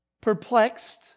perplexed